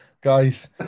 guys